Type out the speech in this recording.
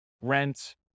rent